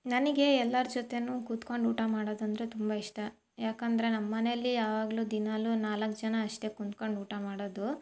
ನನಗೆ ಎಲ್ಲರ ಜೊತೆಯೂ ಕುತ್ಕೊಂಡು ಊಟ ಮಾಡೋದಂದರೆ ತುಂಬ ಇಷ್ಟ ಏಕಂದ್ರೆ ನಮ್ಮ ಮನೆಯಲ್ಲಿ ಯಾವಾಗ್ಲೂ ದಿನಾಲು ನಾಲ್ಕು ಜನ ಅಷ್ಟೇ ಕುಂತ್ಕಂಡು ಊಟ ಮಾಡೋದು